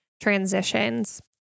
transitions